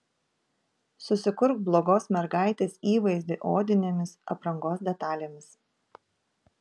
susikurk blogos mergaitės įvaizdį odinėmis aprangos detalėmis